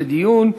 לדיון.